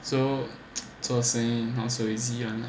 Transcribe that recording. so 做生意 not so easy